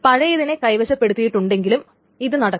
പഴയതിനെ കൈവശപ്പെടുത്തിയിട്ടുണ്ടെങ്കിലും ഇത് നടക്കും